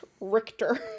Richter